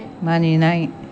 मानिनाय